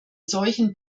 solchen